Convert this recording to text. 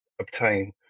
obtain